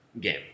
game